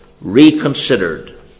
reconsidered